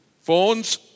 phones